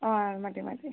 ആ മതി മതി